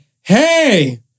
hey